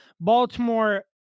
Baltimore